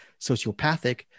sociopathic